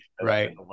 right